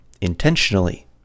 intentionally